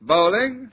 Bowling